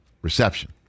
reception